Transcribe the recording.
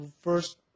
first